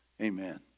Amen